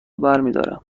برمیدارم